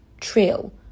trail